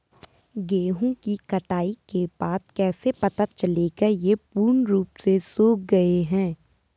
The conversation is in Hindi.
गेहूँ की कटाई के बाद कैसे पता चलेगा ये पूर्ण रूप से सूख गए हैं?